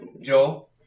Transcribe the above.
Joel